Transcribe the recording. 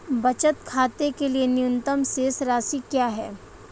बचत खाते के लिए न्यूनतम शेष राशि क्या है?